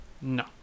No